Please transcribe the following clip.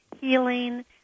healing